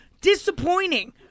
Disappointing